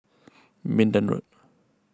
Minden Road